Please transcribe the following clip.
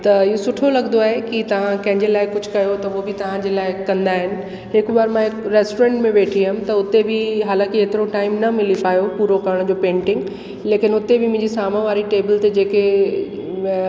त ई सुठो लॻंदो आहे कि तव्हां कंहिंजे लाइ कुझु त उहो बि तव्हांजे लाइ कंदा आहिनि हिकु बार मां हिकु रेस्ट्रोरेंट में वेठी हुअमि त हुते बि हालाकि हेतिरो टाइम न मिली पायो पूरो करण जो पेंटिंग लेकिनि हुते बि मुंहिंजी साम्हूं वारी टेबल ते जेके